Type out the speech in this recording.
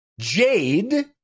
Jade